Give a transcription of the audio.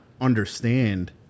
understand